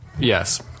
Yes